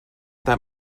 that